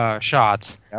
shots